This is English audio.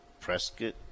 Prescott